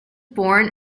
born